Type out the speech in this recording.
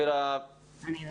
על